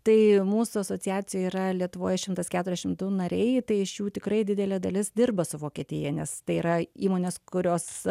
tai mūsų asociacijoj yra lietuvoj šimtas keturiasdešim du nariai tai iš jų tikrai didelė dalis dirba su vokietija nes tai yra įmonės kurios